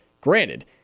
Granted